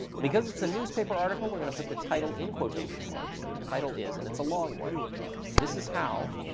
and because it's a newspaper article, we're going to put the title in quotation marks, and the title is and it's a long one this is how